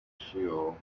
feel